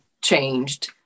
changed